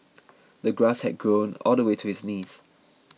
the grass had grown all the way to his knees